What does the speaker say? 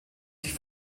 sich